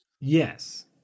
Yes